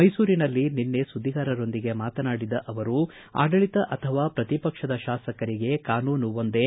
ಮೈಸೂರಿನಲ್ಲಿ ನಿನ್ನೆ ಸುದ್ದಿಗಾರರೊಂದಿಗೆ ಮಾತನಾಡಿದ ಅವರು ಆಡಳತ ಅಥವಾ ಪ್ರತಿಪಕ್ಷದ ಶಾಸಕರಿಗೆ ಕಾನೂನು ಒಂದೇ